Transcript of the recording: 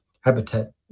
Habitat